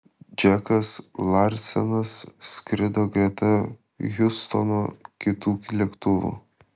džekas larsenas skrido greta hiustono kitu lėktuvu